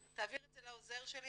תעביר את זה לעוזר שלי,